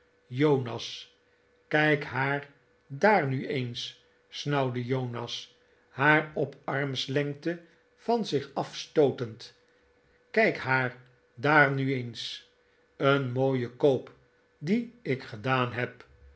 jonas kijk haar daar nu eens snauwde jonas naar op armslengte van zich afstootend kijk haar daar nu eens een mooie koop dien ik gedaan heb